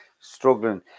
struggling